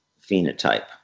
phenotype